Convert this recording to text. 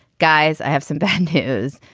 guys, i have some bad news.